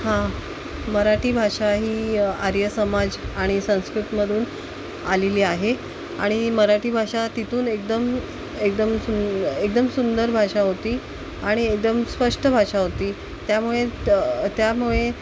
हां मराठी भाषा ही आर्य समाज आणि संस्कृतमधून आलेली आहे आणि मराठी भाषा तिथून एकदम एकदम सुंद् एकदम सुंदर भाषा होती आणि एकदम स्पष्ट भाषा होती त्यामुळे तर त्यामुळे